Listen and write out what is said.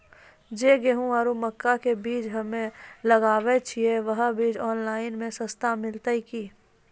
जे गेहूँ आरु मक्का के बीज हमे सब लगावे छिये वहा बीज ऑनलाइन मे सस्ता मिलते की?